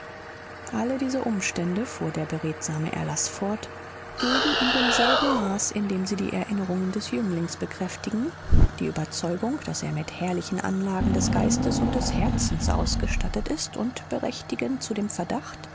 alle diese umstände fuhr der beredsame erlaß fort geben in demselben maß in dem sie die erinnerungen des jünglings bekräftigen die überzeugung daß er mit herrlichen anlagen des geistes und des herzens ausgestattet ist und berechtigen zu dem verdacht